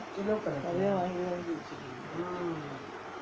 நெறைய வாங்கி வாங்கி வச்சிக்குவாங்கே:neraiya vaanggi vaanggi vachikkuvangae